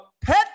pet